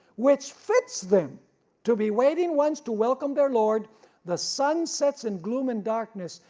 which fits them to be waiting once to welcome their lord the sun sets in gloom and darkness,